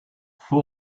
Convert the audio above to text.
fue